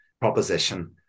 proposition